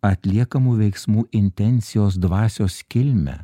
atliekamų veiksmų intencijos dvasios kilmę